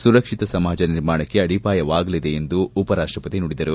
ಸುರಕ್ಷಿತ ಸಮಾಜ ನಿರ್ಮಾಣಕ್ಕೆ ಅಡಿಪಾಯವಾಗಲಿದೆ ಎಂದು ಉಪರಾಷ್ಟಪತಿ ನುಡಿದರು